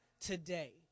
today